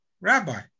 rabbi